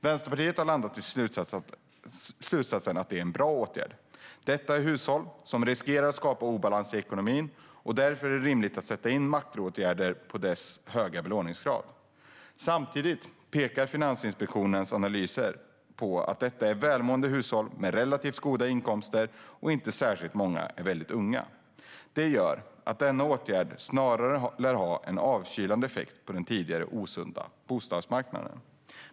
Vänsterpartiet har landat i slutsatsen att det är en bra åtgärd. Detta är hushåll som riskerar att skapa obalans i ekonomin, och därför är det rimligt att sätta in makroåtgärder mot deras höga belåningsgrad. Samtidigt pekar Finansinspektionens analyser på att detta är välmående hushåll med relativt goda inkomster. Inte särskilt många är väldigt unga. Det gör att denna åtgärd snarare lär ha en avkylande effekt på den tidigare osunda bostadsmarknaden.